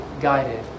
guided